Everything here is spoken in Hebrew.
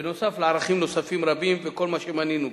בנוסף לערכים נוספים רבים וכל מה שמנינו פה: